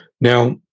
Now